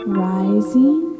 rising